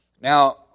Now